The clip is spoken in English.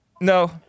No